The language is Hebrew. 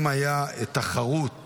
אם הייתה תחרות